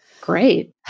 Great